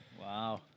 Wow